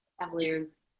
Cavaliers